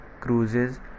cruises